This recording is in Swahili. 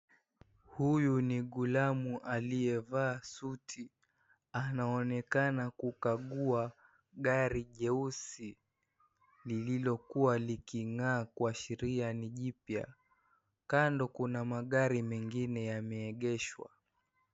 Huyu ni gulamu aliyevaa suti. Anaonekana kukagua gari jeusi lililokuwa liking'aa kuashiria ni jipya. Kando kuna magari mengine yameegeshwa.